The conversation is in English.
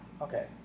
Okay